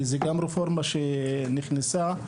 זאת רפורמה שנכנסה,